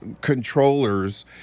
controllers